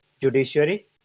Judiciary